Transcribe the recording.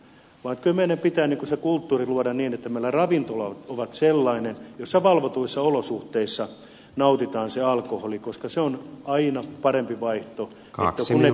kyllä meidän pitää se kulttuuri luoda niin että meillä ravintola on sellainen jossa valvotuissa olosuhteissa nautitaan se alkoholi koska se on aina parempi vaihtoehto kuin ne kotijatkot